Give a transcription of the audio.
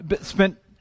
spent